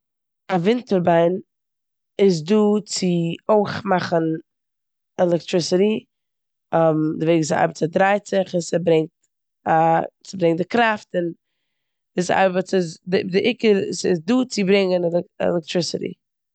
א ווינט טורביין איז דא צו אויך מאכן עלעקטריסיטי. די וועג וויאזוי ס'ארבעט איז ס'דרייט זיך און ס'ברענגט א- ס'ברענגט די קראפט און וויאזוי ס'ארבעט- די- די עיקר איז ס'איז דא צו ברענגען עלע- עלעקטריסיטי.